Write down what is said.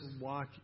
walk